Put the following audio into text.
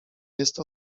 jest